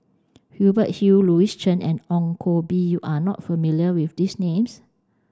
Hubert Hill Louis Chen and Ong Koh Bee you are not familiar with these names